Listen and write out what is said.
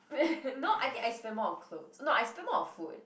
wait no I think I spend more on clothes no I spend more on food